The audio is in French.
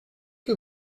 que